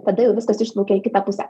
tada jau viskas išplaukia į kitą pusę